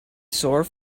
sore